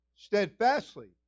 steadfastly